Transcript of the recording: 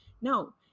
no